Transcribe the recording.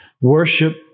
Worship